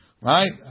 right